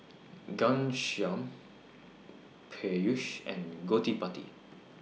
Ghanshyam Peyush and Gottipati